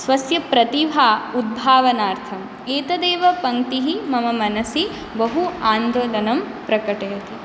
स्वस्य प्रतिभा उत्भावनार्थम् एतदेव पङ्क्तिः मम मनसि बहु आन्दोलनं प्रकटयति